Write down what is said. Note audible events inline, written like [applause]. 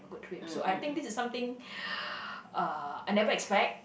good trip so I think this is something [breath] uh I never expect